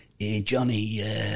Johnny